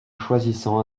choisissant